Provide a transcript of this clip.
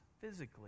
physically